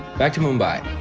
back to mumbai.